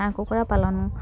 হাঁহ কুকুৰা পালন